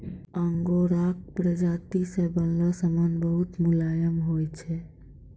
आंगोराक प्राजाती से बनलो समान बहुत मुलायम होय छै